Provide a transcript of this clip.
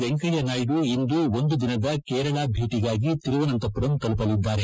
ವೆಂಕಯ್ಯ ನಾಯ್ಡು ಇಂದು ಒಂದು ದಿನದ ಕೇರಳ ಭೇಟಿಗಾಗಿ ತಿರುವನಂತಪುರಂ ತಲುಪಲಿದ್ದಾರೆ